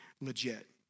legit